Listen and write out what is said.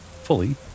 fully